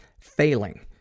failing